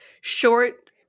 short